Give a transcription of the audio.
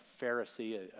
Pharisee